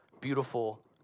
beautiful